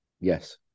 Yes